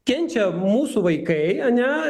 kenčia mūsų vaikai ane